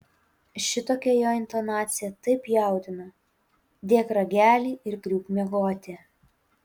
šitokia jo intonacija taip jaudina dėk ragelį ir griūk miegoti